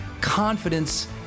confidence